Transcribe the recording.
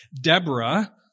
Deborah